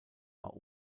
war